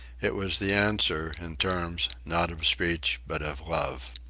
it was the answer, in terms, not of speech, but of love.